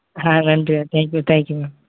ஆ நன்றி ma'am thank you thank you ma'am